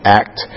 act